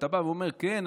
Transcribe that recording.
ואתה בא ואומר: כן,